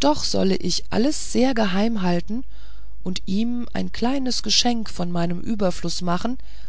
doch solle ich alles sehr geheimhalten und ihm ein kleines geschenk von meinem überfluß machen